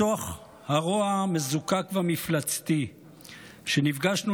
מתוך הרוע המזוקק והמפלצתי שנפגשנו